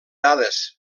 dades